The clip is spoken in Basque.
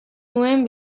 nuen